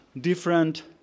different